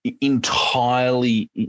entirely